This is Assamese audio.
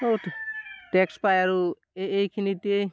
টেক্স পায় আৰু এই এইখিনিতেই